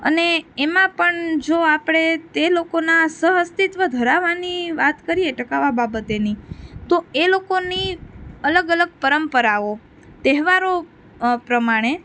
અને એમાં પણ જો આપણે તે લોકોનાં સહઅસ્તિત્વ ધરાવવાની વાત કરીએ ટકાવવાં બાબતની તો એ લોકોની અલગ અલગ પરંપરાઓ તહેવારો પ્રમાણે